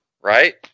right